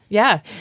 yeah.